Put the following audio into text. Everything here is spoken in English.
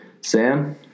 Sam